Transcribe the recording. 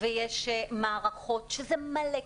ויש מערכות שזה המון כסף.